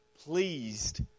pleased